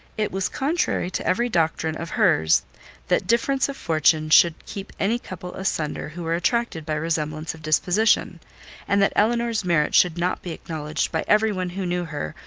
it was contrary to every doctrine of hers that difference of fortune should keep any couple asunder who were attracted by resemblance of disposition and that elinor's merit should not be acknowledged by every one who knew her,